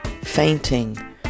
fainting